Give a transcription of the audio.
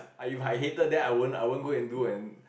I if I hated them I won't I won't go and do and